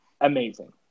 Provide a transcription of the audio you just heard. amazing